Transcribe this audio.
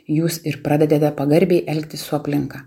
jūs ir pradedate pagarbiai elgtis su aplinka